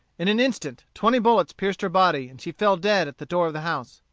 in an instant twenty bullets pierced her body, and she fell dead at the door of the house.